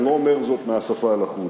ואני לא אומר זאת מהשפה ולחוץ.